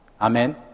Amen